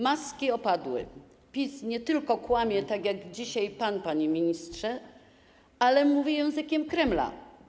Maski opadły, PiS nie tylko kłamie, tak jak dzisiaj pan, panie ministrze, ale mówi językiem Kremla.